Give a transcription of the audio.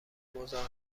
مزاحم